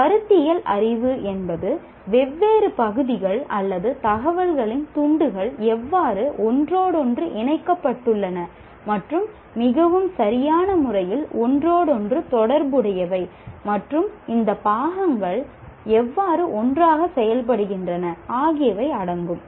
எனவே கருத்தியல் அறிவு என்பது வெவ்வேறு பகுதிகள் அல்லது தகவல்களின் துண்டுகள் எவ்வாறு ஒன்றோடொன்று இணைக்கப்பட்டுள்ளன மற்றும் மிகவும் சரியான முறையில் ஒன்றோடொன்று தொடர்புடையவை மற்றும் இந்த பாகங்கள் எவ்வாறு ஒன்றாக செயல்படுகின்றன ஆகியவை அடங்கும்